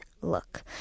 look